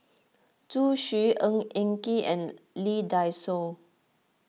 Zhu Xu Ng Eng Kee and Lee Dai Soh